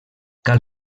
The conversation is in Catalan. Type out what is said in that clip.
cal